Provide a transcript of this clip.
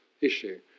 issue